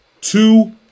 Two